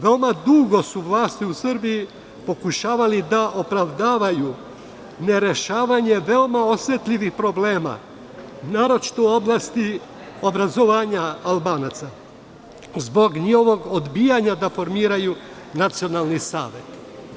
Veoma dugo su vlasti u Srbiji pokušavali da opravdavaju nerešavanje veoma osetljivih problema naročito u oblasti obrazovanja Albanaca zbog njihovog odbijanja da formiraju nacionalni savet.